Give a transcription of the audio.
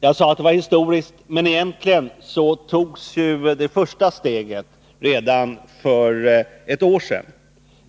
Jag sade att det var fråga om ett historiskt beslut, men egentligen togs det första steget redan för ett år sedan.